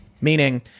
Meaning